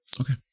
Okay